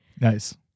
Nice